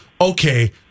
Okay